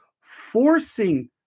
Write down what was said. forcing